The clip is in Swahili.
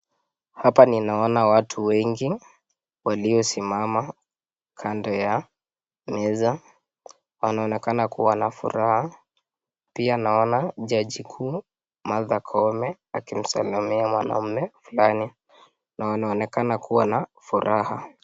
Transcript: Hapa ninaona watu wengi waliosimama kando ya meza wanaonekana kuwa na furaha pia naona jaji mkuu Martha Koome akimsalimia mwanaume fulani na wanaonekana kuwa na furaha.